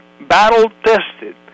battle-tested